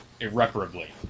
irreparably